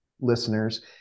listeners